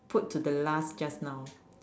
put to the last just now